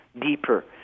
deeper